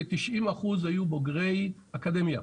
כ-90% היו בוגרי אקדמיה.